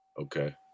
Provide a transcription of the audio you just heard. Okay